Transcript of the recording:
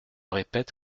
répète